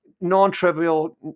non-trivial